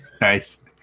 Nice